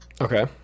okay